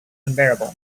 unbearable